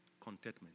contentment